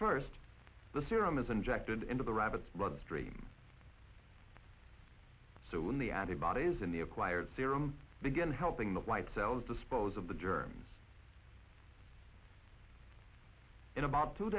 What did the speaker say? first the serum is injected into the rabbit's bloodstream so when the added bodies in the acquired serum begin helping the white cells dispose of the germs in about two